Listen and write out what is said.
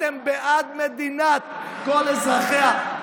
אתם בעד מדינת כל אזרחיה.